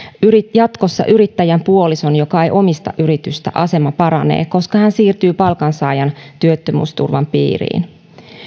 jatkossa yrittäjän puolison joka ei omista yritystä asema paranee koska hän siirtyy palkansaajan työttömyysturvan piiriin